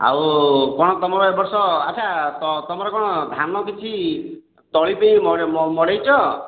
ଆଉ କ'ଣ ତମର ଏବର୍ଷ ଆଚ୍ଛା ତ ତମର କ'ଣ ଧାନ କିଛି ତଳି ପାଇଁ ମଡ଼େଇଛ